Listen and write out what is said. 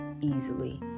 easily